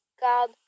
god